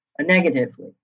negatively